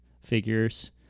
figures